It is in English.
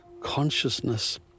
consciousness